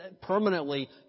permanently